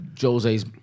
Jose's